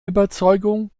überzeugung